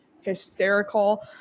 hysterical